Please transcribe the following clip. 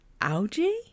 Algae